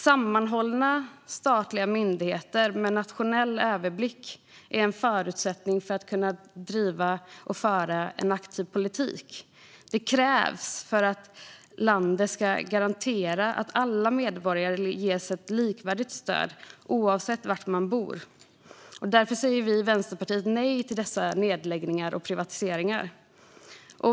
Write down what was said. Sammanhållna statliga myndigheter med nationell överblick är en förutsättning för att kunna föra en aktiv politik. Detta krävs för att landet ska garantera att alla medborgare ges ett likvärdigt stöd oavsett var de bor. Därför säger vi i Vänsterpartiet nej till dessa nedläggningar och privatiseringar.